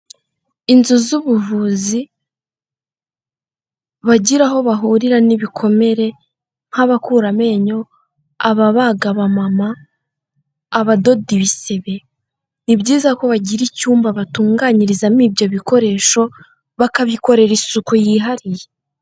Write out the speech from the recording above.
Inzu z'ubuvuzi, bagira aho bahurira n'ibikomere nk'abakura amenyo, ababagaba abamama, abadoda ibisebe, ni byiza ko bagira icyumba batunganyirizamo ibyo bikoresho bakabikorera isuku yihariye.